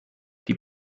die